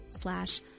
slash